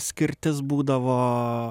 skirtis būdavo